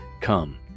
come